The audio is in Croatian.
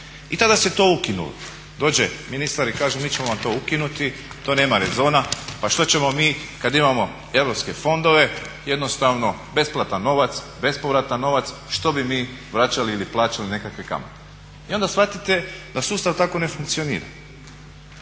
I tada se to ukinulo, dođe ministar i kaže mi ćemo vam to ukinuti, to nema rezona, pa što ćemo mi kad imamo europske fondove jednostavno besplatan novac, bespovratan novac, što bi mi vraćali ili plaćali nekakve kamate. I onda shvatite da sustav tako ne funkcionira,